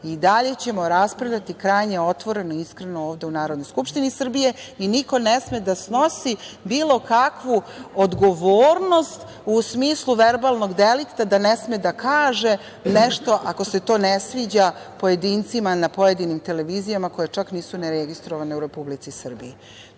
i dalje ćemo raspravljati krajnje otvoreno i iskreno ovde u Narodnoj skupštini Srbije i niko ne sme da snosi bilo kakvu odgovornost u smislu verbalnog delikta da ne sme da kaže nešto ako se to ne sviđa pojedincima na pojedinim televizijama koje čak nisu ni registrovane u Republici Srbiji.